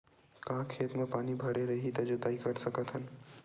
का खेत म पानी भरे रही त जोताई कर सकत हन?